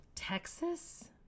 Texas